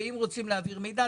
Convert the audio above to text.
ואם רוצים להעביר מידע,